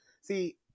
See